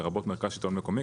לרבות מרכז לשלטון מקומי,